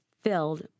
filled